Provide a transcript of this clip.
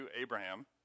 Abraham